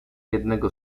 jednego